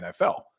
NFL